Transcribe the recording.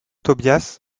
tobias